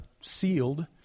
sealed